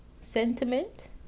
Sentiment